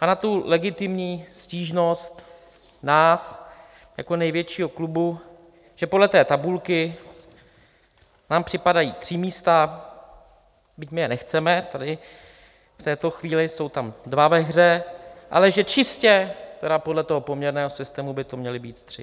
a na legitimní stížnost nás jako největšího klubu, že podle té tabulky nám připadají tři místa byť my je nechceme tady v této chvíli, jsou tam dva ve hře ale že čistě podle poměrného systému by to měli být tři.